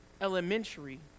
elementary